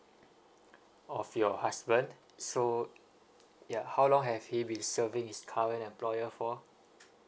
of your husband so ya how long has he been serving his current employer for